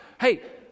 Hey